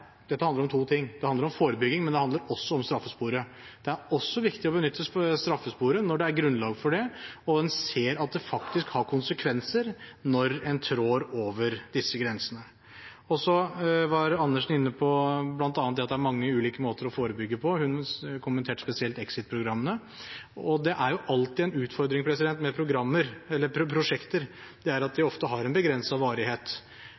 dette handler om to ting. Det handler om forebygging, men det handler også om straffesporet. Det er også viktig å benytte straffesporet når det er grunnlag for det og man ser at det faktisk har konsekvenser når man trår over disse grensene. Representanten Andersen var bl.a. inne på at det er mange ulike måter å forebygge på. Hun kommenterte spesielt exit-programmene. Det er alltid en utfordring med prosjekter at de ofte har en begrenset varighet.